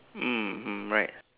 mmhmm right